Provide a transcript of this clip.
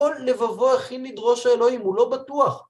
כל לבבו הכי נדרו של אלוהים הוא לא בטוח